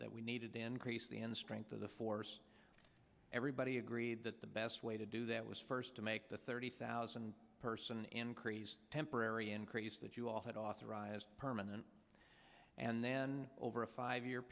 that we needed to increase the end strength of the force everybody agreed that the best way to do that was first to make the thirty thousand person increase temporary increase that you all had authorized permanent and then over a five year